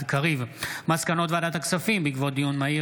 על מסקנות ועדת הכספים בעקבות דיון מהיר